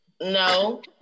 No